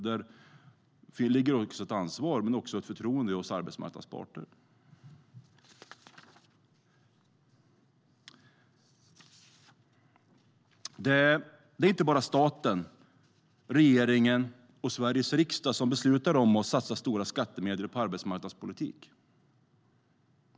Där vilar ett ansvar men också ett förtroende på arbetsmarknadens parter. Det är inte bara staten, regeringen och Sveriges riksdag som beslutar om och satsar stora skattemedel på arbetsmarknadspolitik.